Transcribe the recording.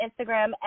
Instagram